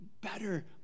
better